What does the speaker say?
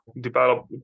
develop